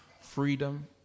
freedom